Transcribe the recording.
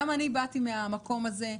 גם אני באתי מן המקום הזה.